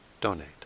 donate